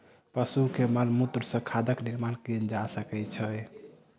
पशु के मलमूत्र सॅ खादक निर्माण कयल जा सकै छै